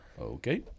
Okay